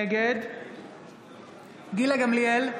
נגד גילה גמליאל,